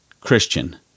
Christian